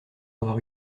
avoir